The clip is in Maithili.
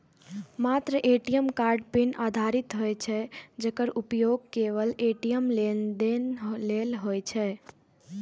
मात्र ए.टी.एम कार्ड पिन आधारित होइ छै, जेकर उपयोग केवल ए.टी.एम लेनदेन लेल होइ छै